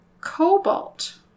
cobalt